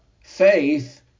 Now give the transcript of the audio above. Faith